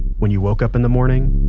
when you woke up in the morning,